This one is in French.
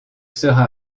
sera